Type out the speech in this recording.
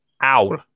Owl